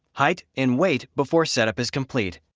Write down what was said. height and weight before setup is complete.